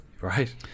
Right